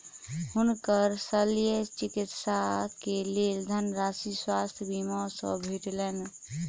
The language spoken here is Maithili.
हुनकर शल्य चिकित्सा के लेल धनराशि स्वास्थ्य बीमा से भेटलैन